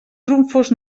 trumfos